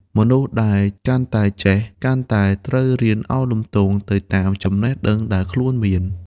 មនុស្សដែលកាន់តែចេះ កាន់តែត្រូវរៀនឱនលំទោនទៅតាមចំណេះដឹងដែលខ្លួនមាន។